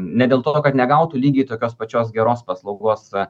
ne dėl to kad negautų lygiai tokios pačios geros paslaugos